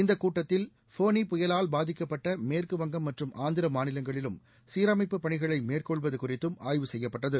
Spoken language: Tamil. இந்தக் கூட்டத்தில் ஃபோனி புயலால் பாதிக்கப்பட்ட மேற்குவங்கம் மற்றும் ஆந்திர மாநிலங்களிலும் சீரமைப்பு பணிகளை மேற்கொள்வது குறித்தும் ஆய்வு செய்யப்பட்டது